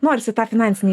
norisi tą finansinį